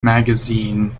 magazine